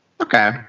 Okay